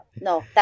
No